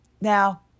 Now